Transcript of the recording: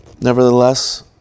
Nevertheless